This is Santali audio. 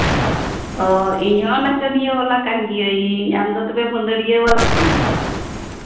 ᱚ ᱤᱧᱦᱚᱸ ᱱᱟᱪᱚᱱᱤᱭᱟᱹ ᱵᱟᱞᱟ ᱠᱟᱱ ᱜᱤᱭᱟᱹᱧ ᱟᱢᱫᱚ ᱛᱚᱵᱮ ᱢᱟᱹᱫᱟᱹᱲᱤᱭᱟᱹ ᱵᱟᱞᱟ ᱠᱟᱱᱟᱢ